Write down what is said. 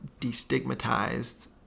Destigmatized